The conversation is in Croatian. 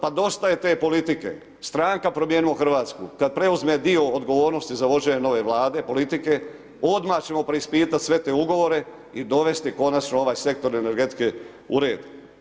Pa dosta je te politike stranka Promijenimo Hrvatsku, kada preuzme dio odgovornosti za vođenje nove vlade, politike, odmah ćemo preispitati sve te ugovore i dovesti konačno ovaj sektor energetike u red.